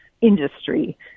industry